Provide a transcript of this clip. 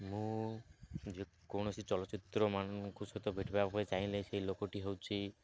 ମୁଁ ଯେକୌଣସି ଚଳଚ୍ଚିତ୍ରମାନଙ୍କ ସହିତ ଭେଟିବାକୁ ଚାହିଁଲେ ସେଇ ଲୋକଟି ହେଉଛି